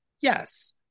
Yes